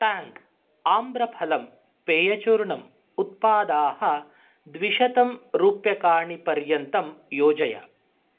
Tang आम्रफलम् पेयचूर्णम् उत्पादाः द्विशतं रूप्यकाणि पर्यन्तं योजय